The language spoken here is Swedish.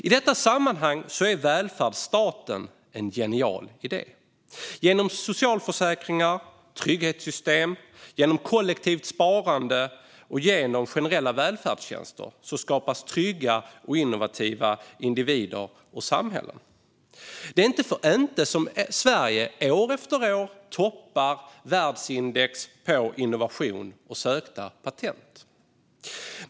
I detta sammanhang är välfärdsstaten en genial idé. Genom socialförsäkringar och trygghetssystem, genom kollektivt sparande och genom generella välfärdstjänster skapas trygga och innovativa individer och samhällen. Det är inte för inte som Sverige år efter år toppar världsindex för innovation och sökta patent.